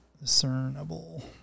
discernible